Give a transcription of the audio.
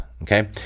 okay